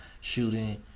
shooting